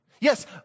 Yes